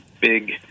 big